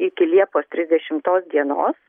iki liepos trisdešimtos dienos